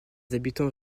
habitants